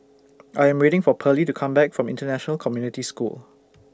I Am waiting For Perley to Come Back from International Community School